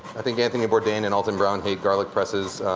i think, anthony bourdain and alton brown hate garlic presses.